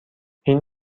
این